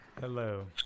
Hello